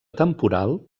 temporal